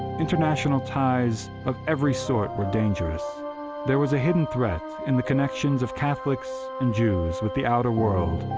international ties of every sort were dangerous there was a hidden threat in the connections of catholics and jews with the outer world.